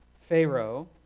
Pharaoh